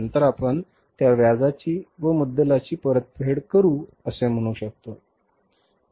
नंतर आपण त्या व्याजाची व मुद्दलाची परतफेड करू असे म्हणू शकतो